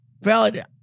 Valid